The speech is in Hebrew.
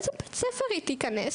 לאיזה בית ספר היא תיכנס?